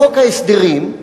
בחוק ההסדרים,